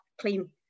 clean